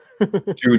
Dude